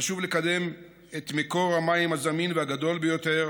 חשוב לקדם את מקור המים הזמין הגדול ביותר,